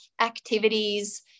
activities